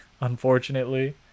unfortunately